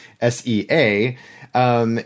S-E-A